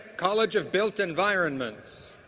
college of built environments.